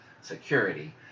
security